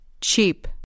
Cheap